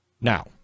Now